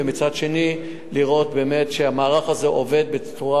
ומצד שני לראות באמת שהמערך הזה עובד בצורה